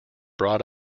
brought